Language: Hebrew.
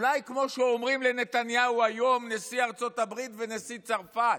אולי כמו שאומרים לנתניהו היום נשיא ארצות הברית ונשיא צרפת: